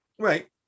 Right